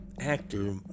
actor